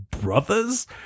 brothers